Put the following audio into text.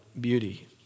beauty